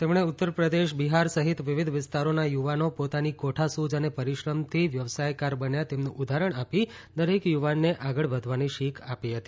તેમણે ઉત્તરપ્રદેશ બિહાર સહિત વિવિધ વિસ્તારોના યુવાનો પોતાની કોઠાસુઝ અને પરિશ્રમથી વ્યવસાયકાર બન્યા તેમનું ઉદાહરણ આપી દરેક યુવાનને આગળ વધવાની શીખ આપી હતી